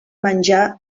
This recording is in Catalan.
menjar